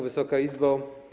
Wysoka Izbo!